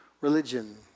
Religion